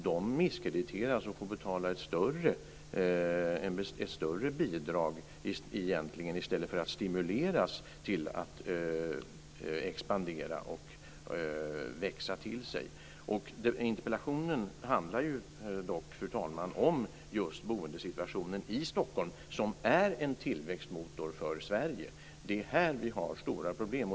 De får betala ett större bidrag i stället för att stimuleras till att expandera och växa till sig. Fru talman! Interpellationen handlar dock om boendesituationen just i Stockholm, som är en tillväxtmotor för Sverige. Det är här som vi har stora problem.